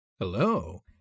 Hello